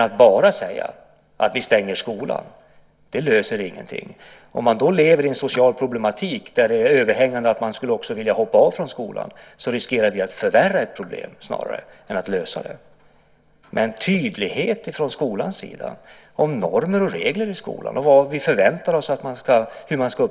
Att bara säga att vi stänger skolan löser ingenting. Om man lever i en social problematik där det är överhängande att man skulle vilja hoppa av från skolan riskerar vi att snarare förvärra ett problem än att lösa det. Det är viktigt att man från skolans sida är tydlig om vilka normer och regler som gäller i skolan och hur vi förväntar oss att man ska uppträda mot varandra.